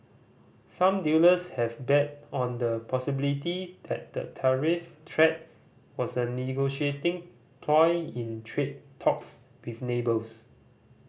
some dealers have bet on the possibility that the tariff threat was a negotiating ploy in trade talks with neighbours